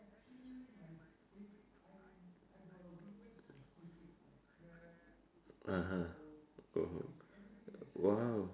(uh huh) oh !wow!